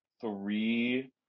three